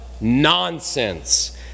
Nonsense